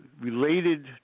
related